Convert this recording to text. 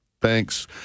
Thanks